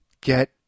Get